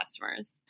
customers